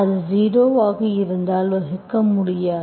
அது ஜீரோ ஆக இருந்தால் வகுக்க முடியாது